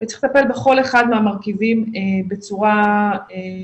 וצריך לטפל בכל אחד מהמרכיבים בצורה טובה.